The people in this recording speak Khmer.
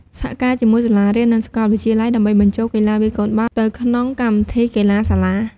សហការជាមួយ សាលារៀន និងសាកលវិទ្យាល័យ ដើម្បីបញ្ចូលកីឡាវាយកូនបាល់ទៅក្នុងកម្មវិធីកីឡាសាលា។